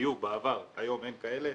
היו בעבר, היום אין כאלה.